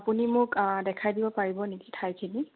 আপুনি মোক দেখাই দিব পাৰিব নেকি ঠাইখিনি